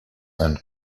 and